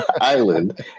island